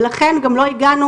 ולכן גם לא הגענו,